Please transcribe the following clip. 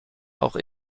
auch